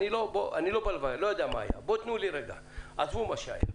אני לא יודע מה היה, עזבו מה שהיה.